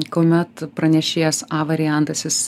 kuomet pranešėjas a variantas jis